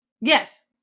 Yes